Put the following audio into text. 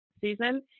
season